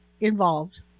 involved